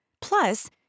Plus